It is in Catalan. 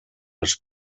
les